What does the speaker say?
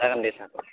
जागोन दे सार